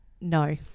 No